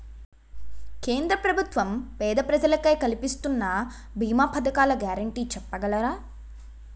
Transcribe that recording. కేంద్ర ప్రభుత్వం పేద ప్రజలకై కలిపిస్తున్న భీమా పథకాల గ్యారంటీ చెప్పగలరా?